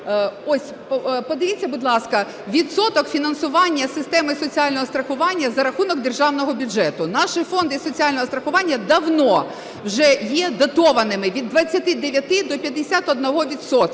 Ось, подивіться, будь ласка, відсоток фінансування системи соціального страхування за рахунок державного бюджету. Наші фонди соціального страхування давно вже є дотованими від 29-ти до 51